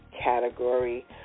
category